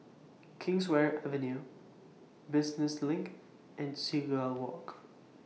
Kingswear Avenue Business LINK and Seagull Walk